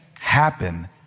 happen